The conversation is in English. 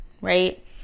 right